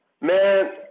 Man